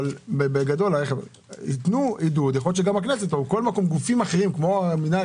אבל כמובן הם יקבלו את כל הכסף כולל רטרואקטיבית.